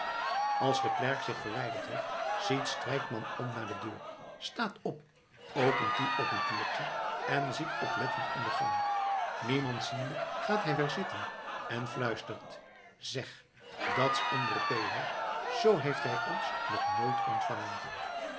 als de klerk zich verwijderd heef ziet strijkman om naar de deur staat op opent die op een kiertje en ziet oplettend in de gang niemand ziende gaat hij weer zitten en fluistert zeg dat's andere thee hoor zoo heeft hij ons nog nooit ontvangen